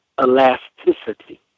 elasticity